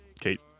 Kate